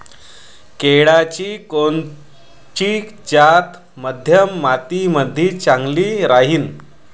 केळाची कोनची जात मध्यम मातीमंदी चांगली राहिन?